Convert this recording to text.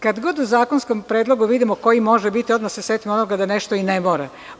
Kad god u zakonskom predlogu vidimo „koji može biti“ odmah se setimo onoga da nešto i ne mora.